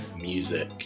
Music